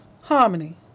Harmony